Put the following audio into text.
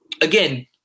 again